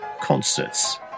concerts